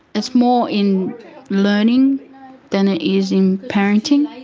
it's more in learning than it is in parenting.